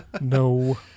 no